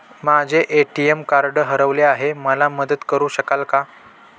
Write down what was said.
माझे ATM card हरवले आहे, मला मदत करु शकाल का?